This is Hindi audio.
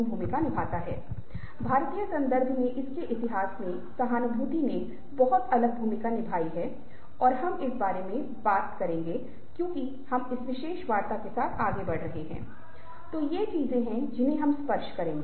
हम बातचीत में शामिल प्रक्रियाओं के विवरण के बारे में बात करेंगे हम विभिन्न प्रकार के मुखौटे के बारे में बात करेंगे जो हम पहनते हैं जब हम लोगों के साथ बातचीत करते हैं और फिर पूरी बात का सारांश करेंगे